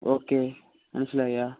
okay മനസ്സിലായി ആ